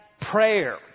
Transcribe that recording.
prayer